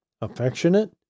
affectionate